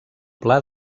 pla